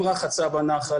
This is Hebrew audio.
עם רחצה בנחל,